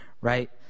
Right